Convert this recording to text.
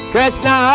Krishna